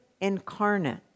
incarnate